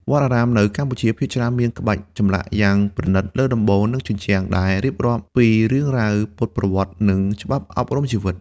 វត្តអារាមនៅកម្ពុជាភាគច្រើនមានក្បាច់ចម្លាក់យ៉ាងប្រណីតលើដំបូល និងជញ្ជាំង ដែលរៀបរាប់ពីរឿងរ៉ាវពុទ្ធប្រវត្តិ និងច្បាប់អប់រំជីវិត។